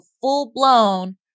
full-blown